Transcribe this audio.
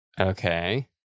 Okay